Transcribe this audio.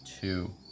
two